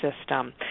system